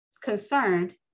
concerned